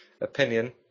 opinion